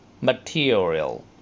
material